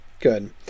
good